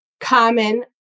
common